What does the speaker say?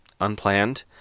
Unplanned